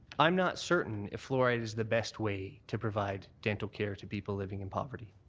i'm not certain if fluoride is the best way to provide dental care to people living in poverty.